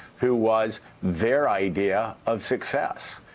who was their idea of success.